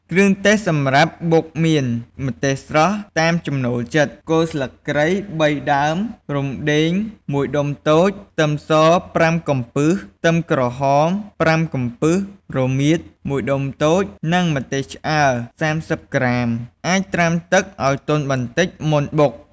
គ្រឿងទេសសម្រាប់បុកមាន ម្ទេសស្រស់ តាមចំណូលចិត្ត គល់ស្លឹកគ្រៃ ៣ ដើម រុំដេង ១ ដុំតូច ខ្ទឹមស ៥ កំពឹស ខ្ទឹមក្រហម ៥ កំពឹស រមៀត ១ ដុំតូច និង ម្ទេសឆ្អើរ ៣០ ក្រាម អាចត្រាំទឹកឱ្យទន់បន្តិចមុនបុក។